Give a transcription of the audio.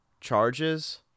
charges